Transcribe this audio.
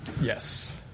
yes